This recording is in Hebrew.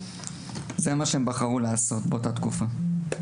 זה מה שהם בחרו לעשות באותה תקופה.